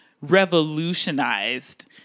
revolutionized